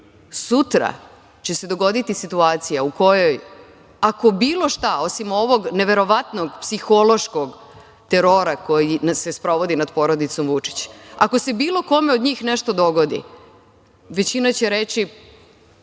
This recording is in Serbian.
sutra će se dogoditi situacija u kojoj, ako bilo šta osim ovog neverovatnog psihološkog terora koji se sprovodi nad porodicom Vučić, ako se bilo kome od njih nešto dogodi, većina će reći,